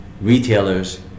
Retailers